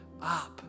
up